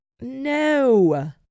no